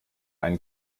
einen